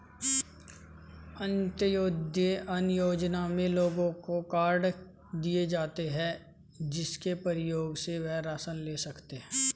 अंत्योदय अन्न योजना में लोगों को कार्ड दिए जाता है, जिसके प्रयोग से वह राशन ले सकते है